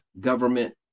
government